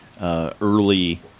Early